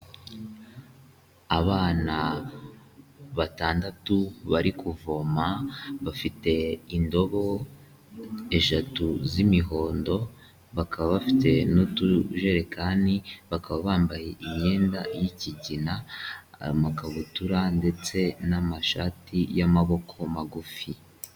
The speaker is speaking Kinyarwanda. Abana batandatu bari kuvoma, bafite indobo eshatu z'imihondo, bakaba bafite n'utujerekani, bakaba bambaye imyenda y'ikigina, amakabutura ndetse n'amashati y'amaboko magufi.